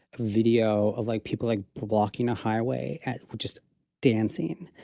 video of like, people like blocking a highway at just dancing,